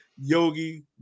yogi